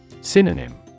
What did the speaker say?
Synonym